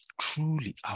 truly